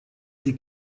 die